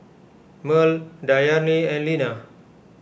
Merl Dayami and Lina